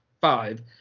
five